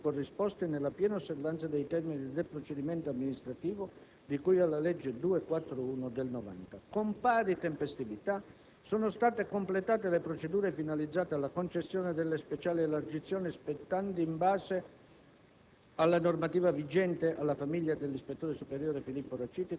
Tutti i benefìci di natura previdenziale previsti dalla vigente normativa sono stati corrisposti nella piena osservanza dei termini del procedimento amministrativo, di cui alla legge n. 241 del 1990. Con pari tempestività sono state completate le procedure finalizzate alla concessione delle speciali elargizioni spettanti, in base